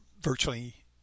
virtually